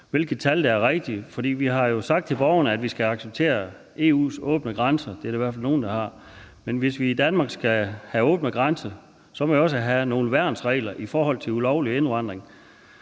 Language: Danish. hvilke tal der er rigtige, for vi har jo sagt til borgerne, at vi skal acceptere EU's åbne grænser. Det er der i hvert fald nogle der har. Men hvis vi i Danmark skal have åbne grænser, så må vi også have nogle værnsregler mod ulovlig indvandring.